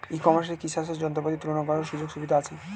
ই কমার্সে কি চাষের যন্ত্রপাতি তুলনা করার সুযোগ সুবিধা আছে?